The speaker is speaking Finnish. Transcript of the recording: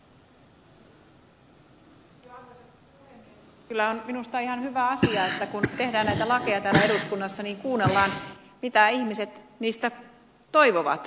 kyllä on minusta ihan hyvä asia että kun tehdään näitä lakeja täällä eduskunnassa niin kuunnellaan mitä ihmiset niistä toivovat